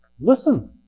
Listen